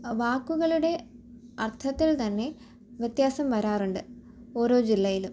വാക്കുകളുടെ അർഥത്തിൽ തന്നെ വ്യത്യാസം വരാറുണ്ട് ഓരോ ജില്ലയിലും